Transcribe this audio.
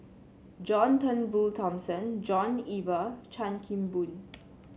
John Turnbull Thomson John Eber Chan Kim Boon